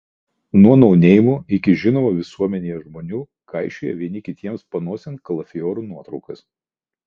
nuo nouneimų iki žinomų visuomenėje žmonių kaišioja vieni kitiems panosėn kalafiorų nuotraukas